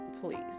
Please